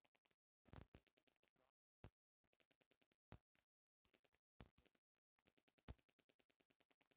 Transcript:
निवेशक के जवन देश में निवेस करे के होला उ देश के रुपिया मे निवेस करे के होला